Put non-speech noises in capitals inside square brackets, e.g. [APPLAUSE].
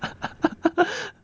[LAUGHS]